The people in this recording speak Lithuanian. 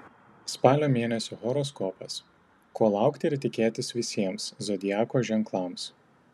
spalio mėnesio horoskopas ko laukti ir tikėtis visiems zodiako ženklams